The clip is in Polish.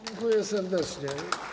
Dziękuję serdecznie.